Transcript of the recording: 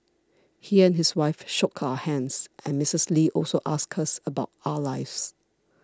he and his wife shook our hands and Missus Lee also asked us about our lives